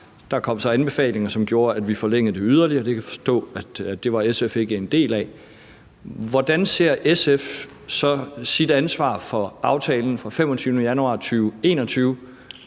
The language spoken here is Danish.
der kom så anbefalinger, som gjorde, at vi forlængede det yderligere, og det kan jeg forstå at SF ikke var en del af. Hvordan ser SF sit ansvar for aftalen fra den 25. januar 2021,